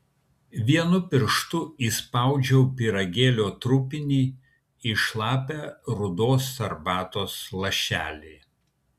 vienu pirštu įspaudžiau pyragėlio trupinį į šlapią rudos arbatos lašelį